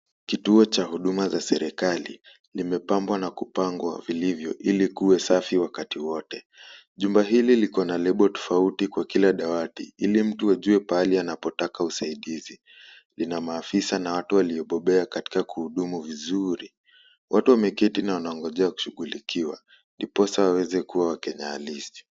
Kituo cha huduma za serekali, limepambwa na kupangwa vilivyo ili kuwe safi wakati wote. Jumba hili liko na lebo tofauti kwa kila dawati ili mtu ajue pahali anapotaka usaidizi. Lina maafisa na watu waliobobea katika kuhudumu vizuri. Watu wameketi na wanangojea kushughulikiwa ndiposa waweze kuwa wakenya halisi.